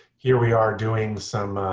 here we are doing some